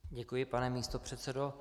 Děkuji, pane místopředsedo.